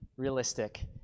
realistic